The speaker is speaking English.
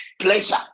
pleasure